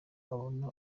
abona